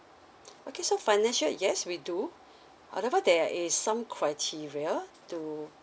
okay so financial yes we do otherwise there is some criteria to